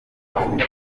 n’umukobwa